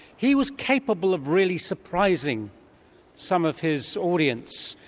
he was capable of really surprising some of his audience.